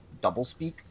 doublespeak